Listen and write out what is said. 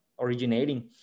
originating